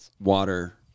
water